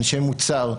אנשי מוצר,